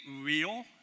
real